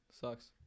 Sucks